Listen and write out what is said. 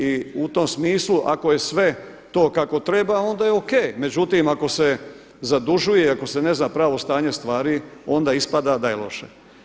I u tom smislu ako je sve to kako treba onda je O.K. Međutim, ako se zadužuje i ako se ne zna pravo stanje stvari onda ispada da je loše.